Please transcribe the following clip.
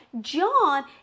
john